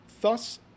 Thus